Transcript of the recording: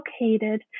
located